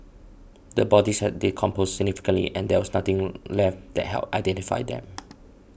the bodies had decomposed significantly and there was nothing left that helped identify them